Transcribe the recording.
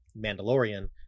Mandalorian